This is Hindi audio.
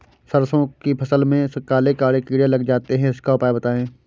सरसो की फसल में काले काले कीड़े लग जाते इसका उपाय बताएं?